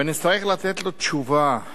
ונצטרך לתת לו תשובה.